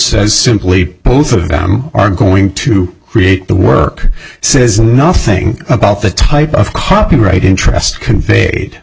says simply both of them are going to create the work says nothing about the type of copyright interest conveyed